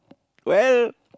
well